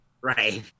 Right